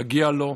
מגיע לו,